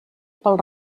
pel